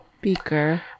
Beaker